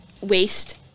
waste